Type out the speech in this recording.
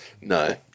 No